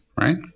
right